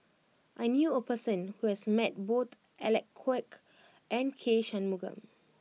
I knew a person who has met both Alec Kuok and K Shanmugam